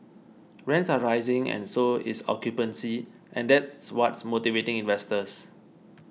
rents are rising and so is occupancy and that's what's motivating investors